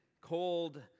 cold